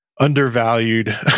undervalued